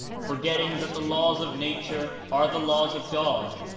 forgetting that the laws of nature are the laws of god,